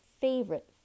favorite